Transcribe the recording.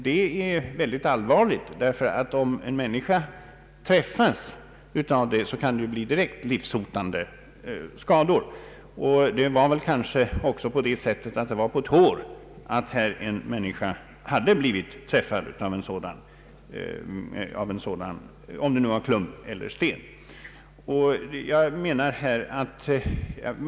Detta är väldigt allvarligt, ty om en människa träffas av en blyklump kan direkt livshotande skador uppstå. Det var väl också på ett hår när att en människa här hade blivit träffad av en sådan blyklump eller sten.